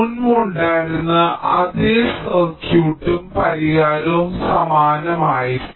മുമ്പ് ഉണ്ടായിരുന്ന അതേ സർക്യൂട്ടും പരിഹാരവും സമാനമായിരിക്കും